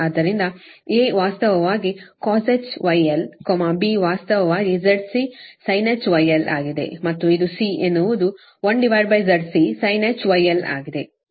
ಆದ್ದರಿಂದ A ವಾಸ್ತವವಾಗಿcosh γl B ವಾಸ್ತವವಾಗಿ ZCsinh γlಆಗಿದೆ ಮತ್ತು ಇದು C ಎನ್ನುವುದು1ZC sinh γl ಆಗಿದೆ ಮತ್ತು A Dcosh γl ಆಗಿದೆ